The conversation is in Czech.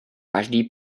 každý